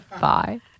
Bye